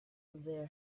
their